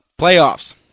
playoffs